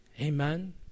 Amen